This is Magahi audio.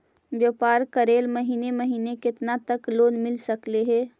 व्यापार करेल महिने महिने केतना तक लोन मिल सकले हे?